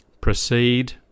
proceed